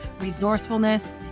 resourcefulness